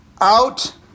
out